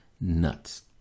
nuts